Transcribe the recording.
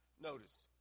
Notice